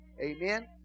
Amen